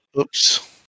Oops